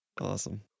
awesome